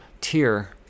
tier